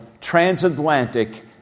Transatlantic